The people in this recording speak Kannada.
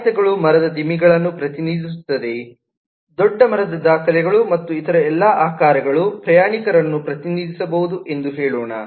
ಆಯತಗಳು ಮರದ ದಿಮ್ಮಿಗಳನ್ನು ಪ್ರತಿನಿಧಿಸುತ್ತವೆ ದೊಡ್ಡ ಮರದ ದಾಖಲೆಗಳು ಮತ್ತು ಇತರ ಎಲ್ಲಾ ಆಕಾರಗಳು ಪ್ರಯಾಣಿಕರನ್ನು ಪ್ರತಿನಿಧಿಸಬಹುದು ಎಂದು ಹೇಳೋಣ